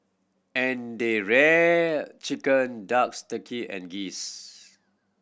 and they reared chicken ducks turkey and geese